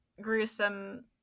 gruesome